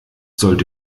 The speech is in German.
sollte